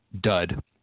dud